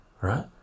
right